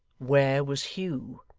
where was hugh!